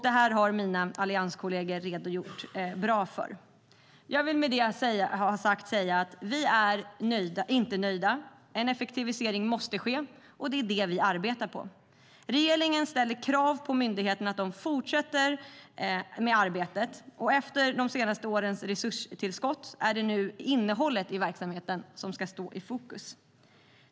Det här har mina allianskolleger redogjort för på ett bra sätt. Med detta vill jag få sagt att vi inte är nöjda. En effektivisering måste ske, och det är vad vi arbetar med. Regeringen ställer krav på myndigheterna att de fortsätter med arbetet. Efter de senaste årens resurstillskott är det nu innehållet i verksamheterna som ska stå i fokus.